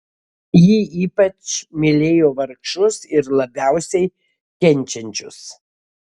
ji ypač mylėjo vargšus ir labiausiai kenčiančius